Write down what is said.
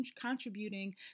contributing